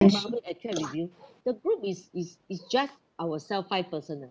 I check with you the group is is is just ourselves five person ah